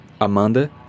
Amanda